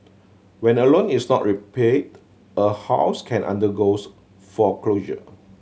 when a loan is not repaid a house can undergoes foreclosure